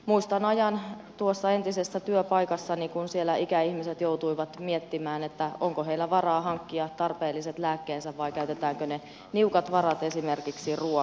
muistan ajan entisessä työpaikassani kun siellä ikäihmiset joutuivat miettimään onko heillä varaa hankkia tarpeelliset lääkkeensä vai käytetäänkö ne niukat varat esimerkiksi ruokaan